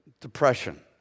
Depression